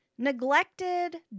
neglected